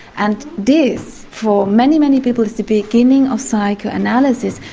and this for many, many people is the beginning of psychoanalysis.